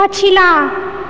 पछिला